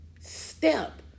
step